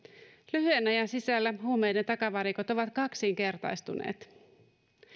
lyhyen ajan sisällä huumeiden takavarikot ovat kaksinkertaistuneet